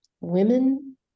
Women